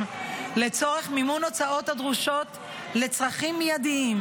לצורך מימון הוצאות הדרושות לצרכים מיידיים